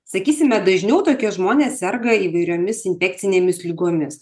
sakysime dažniau tokie žmonės serga įvairiomis infekcinėmis ligomis